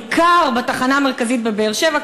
בעיקר בתחנה המרכזית בבאר-שבע,